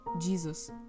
Jesus